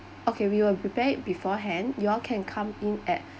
okay we will prepared it beforehand you all can come in at